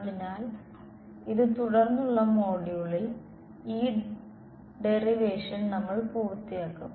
അതിനാൽ ഇത് തുടർന്നുള്ള മൊഡ്യൂളിൽ ഈ ഡെറിവേഷൻ നമ്മൾ പൂർത്തിയാക്കും